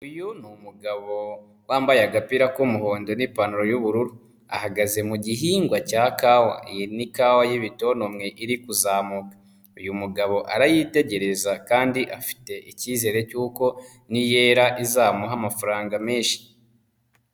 Uyu ni wambaye agapira k'umuhondo n'ipantaro y'ubururu, ahagaze mu gihingwa cya kawa. Iyi ni ikawa y'ibitontomwe iri kuzamuka. uyu mugabo arayitegereza kandi afite icyizere cy'uko niyera izamuha amafaranga menshi.